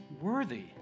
Worthy